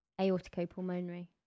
aorticopulmonary